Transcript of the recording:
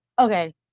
okay